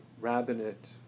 rabbinate